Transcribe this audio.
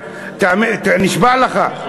נשבע לך.